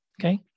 okay